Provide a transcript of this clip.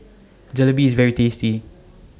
Jalebi IS very tasty